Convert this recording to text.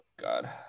God